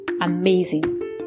amazing